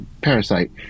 Parasite